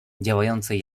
działającej